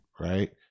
right